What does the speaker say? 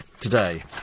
today